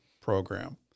program